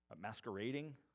masquerading